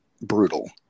brutal